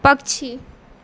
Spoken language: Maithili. पक्षी